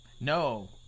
No